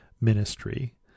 ministry